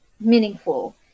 meaningful